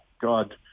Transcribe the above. God